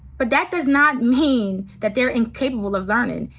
but that does not mean that they're incapable of learning.